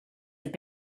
have